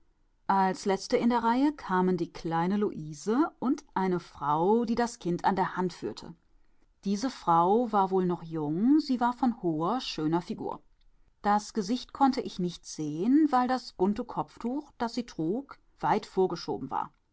als letzte in der reihe kamen die kleine luise und eine frau die das kind an der hand führte diese frau war wohl noch jung sie war von hoher schöner figur das gesicht konnte ich nicht sehen weil das bunte kopftuch das sie trug weit vorgeschoben war